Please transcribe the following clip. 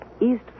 East